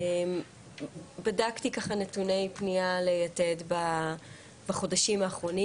בדקתי נתוני פנייה ל"יתד" בחודשים האחרונים.